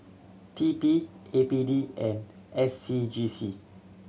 T P A P D and S C G C